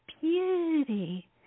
beauty